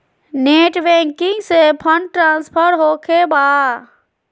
Net banking से fund transfer होखें बा?